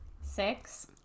Six